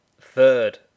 third